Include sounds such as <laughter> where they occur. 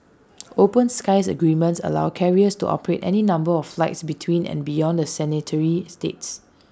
<noise> open skies agreements allow carriers to operate any number of flights between and beyond the signatory states <noise>